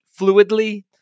fluidly